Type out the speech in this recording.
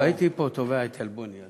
לא, הייתי פה תובע את עלבוני.